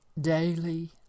daily